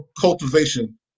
cultivation